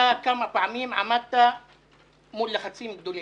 כמה פעמים עמדת מול לחצים גדולים,